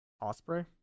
Osprey